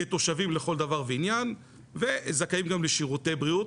כתושבים לכל דבר ועניין וזכאים גם לשירותי בריאות,